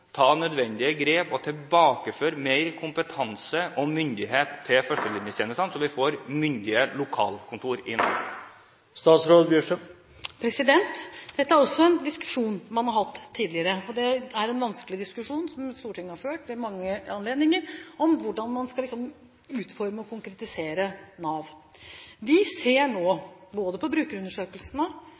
ta nødvendige grep og tilbakeføre mer kompetanse og myndighet til førstelinjetjenesten, slik at vi får myndige lokalkontorer? Dette er også en diskusjon man har hatt tidligere – og det er en vanskelig diskusjon som Stortinget har ført ved mange anledninger – om hvordan man skal utforme og konkretisere Nav. Vi ser nå av brukerundersøkelsene